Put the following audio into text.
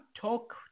talk